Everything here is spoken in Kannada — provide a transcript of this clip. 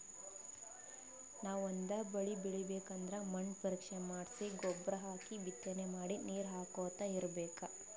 ನಾವ್ ಒಂದ್ ಬಳಿ ಬೆಳಿಬೇಕ್ ಅಂದ್ರ ಮಣ್ಣ್ ಪರೀಕ್ಷೆ ಮಾಡ್ಸಿ ಗೊಬ್ಬರ್ ಹಾಕಿ ಬಿತ್ತನೆ ಮಾಡಿ ನೀರ್ ಹಾಕೋತ್ ಇರ್ಬೆಕ್